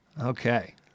Okay